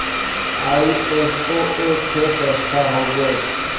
ISO एक ठे संस्था हउवे